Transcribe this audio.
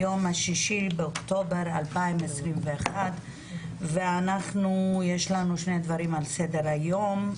היום ה-6 באוקטובר 2021 ואנחנו יש לנו שני דברים על סדר היום.